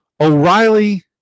O'Reilly